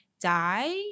die